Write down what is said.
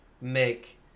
make